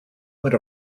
went